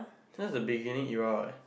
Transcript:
sound the beginning you are what